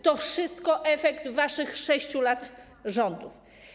To wszystko efekt waszych 6 lat rządów.